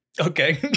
Okay